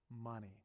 Money